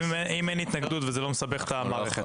אין התנגדות וזה לא מסבך את המערכת.